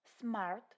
SMART